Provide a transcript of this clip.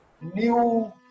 new